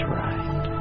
right